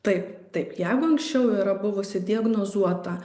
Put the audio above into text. taip taip jeigu anksčiau yra buvusi diagnozuota